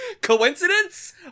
Coincidence